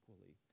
equally